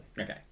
Okay